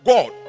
God